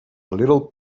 little